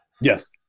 yes